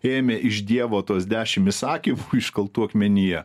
ėmė iš dievo tuos dešimt įsakymų iškaltų akmenyje